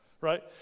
Right